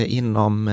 inom